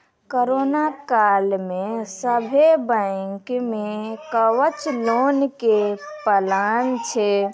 corona काल मे सभ्भे बैंक मे कवच लोन के प्लान छै